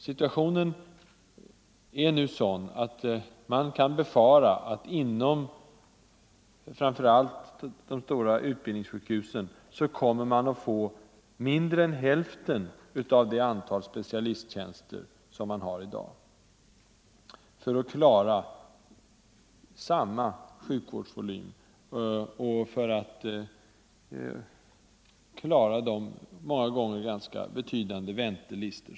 Situationen är nu sådan att man kan befara att framför allt de stora utbildningssjukhusen kommer att få mindre än hälften av det antal specialisttjänster som de har i dag, för att tillhandahålla samma sjukvårdsvolym som tidigare och för att klara de många gånger ganska betydande väntelistorna.